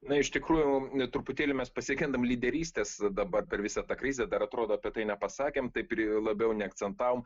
na iš tikrųjų truputėlį mes pasigendam lyderystės dabar per visą tą krizę dar atrodo tai nepasakėm taip ir labiau neakcentavom